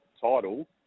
title